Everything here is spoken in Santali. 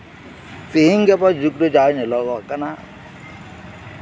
ᱛᱮᱦᱤᱧ ᱜᱟᱯᱟ ᱡᱩᱜᱨᱮ ᱡᱟᱦᱟᱸ ᱧᱮᱞᱚᱜᱚᱜ ᱠᱟᱱᱟ